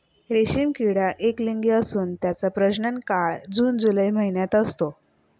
रेशीम किडा एकलिंगी असून त्याचा प्रजनन काळ जून जुलै महिन्यात असतो